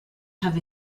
have